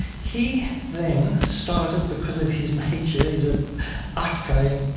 he then started because of his nature, he's ah outgoing,